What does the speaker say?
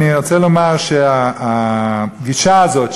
אני רוצה לומר שהגישה הזאת,